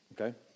Okay